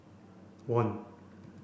one